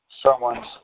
someone's